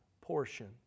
portion